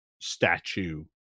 statue